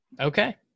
Okay